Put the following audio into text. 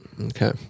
Okay